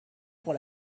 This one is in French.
pour